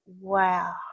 wow